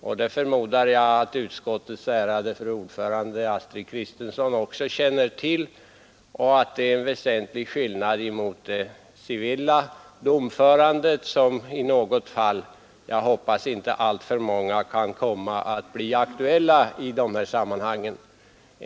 Jag förmodar att också utskottets ärade ordförande fru Kristensson känner till att det är en väsentlig skillnad mellan militärt straffutdömande och det civila domförfarande som i något fall — jag hoppas inte alltför många — kan bli aktuella i dessa sammanhang.